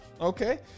Okay